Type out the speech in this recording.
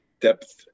depth